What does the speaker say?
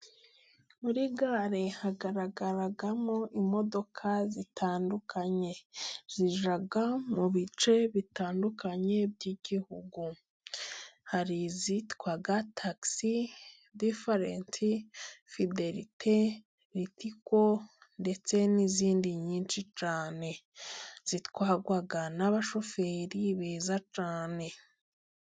Muri gare hagaragaramo imodoka zitandukanye. Zijya mu bice bitandukanye by'Igihugu. Hari izitwa tagisi, difarenti, fiderite, ritiko ndetse n'izindi nyinshi cyane. Zitwarwa n'abashoferi beza cyane.